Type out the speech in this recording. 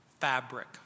fabric